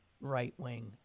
right-wing